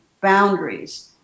boundaries